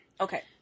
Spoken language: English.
Okay